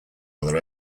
other